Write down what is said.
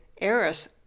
eris